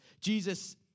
Jesus